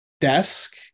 desk